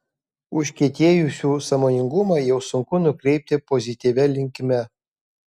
užkietėjusių sąmoningumą jau sunku nukreipti pozityvia linkme